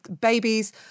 babies